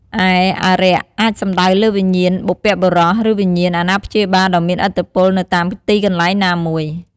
ឯ "អារក្ស" អាចសំដៅលើវិញ្ញាណបុព្វបុរស ឬវិញ្ញាណអាណាព្យាបាលដ៏មានឥទ្ធិពលនៅតាមទីកន្លែងណាមួយ។